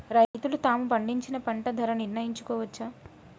రైతులు తాము పండించిన పంట ధర నిర్ణయించుకోవచ్చా?